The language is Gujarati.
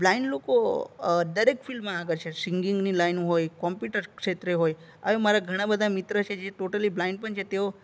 બ્લાઇન્ડ લોકો દરેક ફિલ્ડમાં આગળ છે સિંગિંગની લાઇનમાં હોય કોમ્પ્યુટર ક્ષેત્રે હોય હવે મારા ઘણા બધા મિત્ર છે જે ટોટલી બ્લાઇન્ડ પણ છે તેઓ